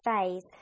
phase